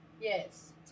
yes